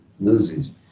loses